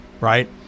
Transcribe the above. right